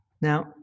Now